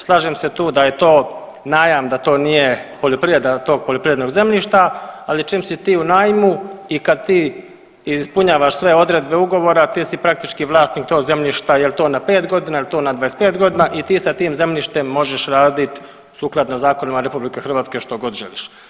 Slažem se tu da je to najam, da to nije poljoprivreda tog poljoprivrednog zemljišta, al čim si ti u najmu i kad ti ispunjavaš sve odredbe ugovora ti si praktički vlasnik tog zemljišta jel to na 5.g., jel to na 25.g. i ti sa tim zemljištem možeš radit sukladno zakonima RH što god želiš.